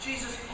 Jesus